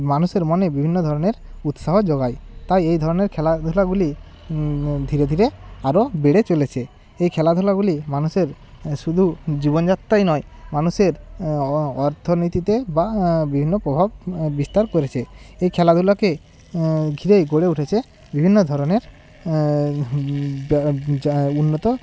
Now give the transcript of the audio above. মানুষের মনে বিভিন্ন ধরনের উৎসাহ যোগায় তাই এই ধরনের খেলাধুলাগুলি ধীরে ধীরে আরও বেড়ে চলেছে এই খেলাধুলাগুলি মানুষের শুধু জীবনযাত্রাই নয় মানুষের অর্থনীতিতে বা বিভিন্ন প্রভাব বিস্তার করেছে এই খেলাধুলাকে ঘিরেই গড়ে উঠেছে বিভিন্ন ধরনের যা উন্নত